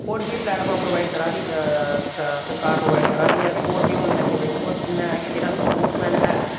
होर बी platform provide करा दी सरकार प्रोवाइड करा दी ऐ ते होर बी होने अग्गै जाइयै बस्स इन्ना ऐ कि जेह्ड़ा बी स्पोर्ट्स मैन ऐ